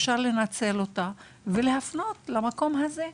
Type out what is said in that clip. אפשר לנצל אותה ולהפנות למקום הזה.